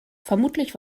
vermutlich